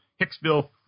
Hicksville